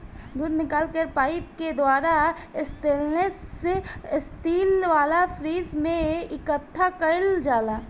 दूध निकल के पाइप के द्वारा स्टेनलेस स्टील वाला फ्रिज में इकठ्ठा कईल जाला